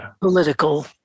political